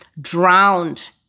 drowned